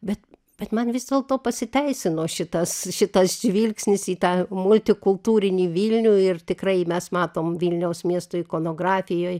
bet bet man vis dėlto pasiteisino šitas šitas žvilgsnis į tą multikultūrinį vilnių ir tikrai mes matom vilniaus miesto ikonografijoj